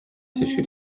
tissue